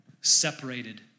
separated